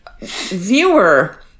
viewer